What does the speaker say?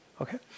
Okay